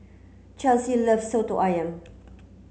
Chelsea loves Soto Ayam